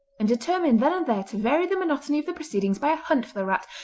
and determined then and there to vary the monotony of the proceedings by a hunt for the rat,